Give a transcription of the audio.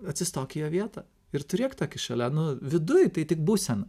atsistok į jo vietą ir turėk tą kišeleną viduj tai tik būsena